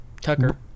Tucker